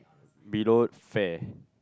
below fair